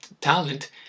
talent